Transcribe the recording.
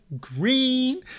Green